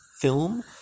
film